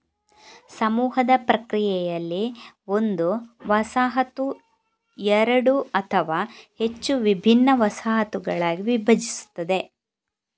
ಸಮೂಹದ ಪ್ರಕ್ರಿಯೆಯಲ್ಲಿ, ಒಂದು ವಸಾಹತು ಎರಡು ಅಥವಾ ಹೆಚ್ಚು ವಿಭಿನ್ನ ವಸಾಹತುಗಳಾಗಿ ವಿಭಜಿಸುತ್ತದೆ